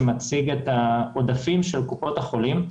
שמציג את העודפים של קופות החולים.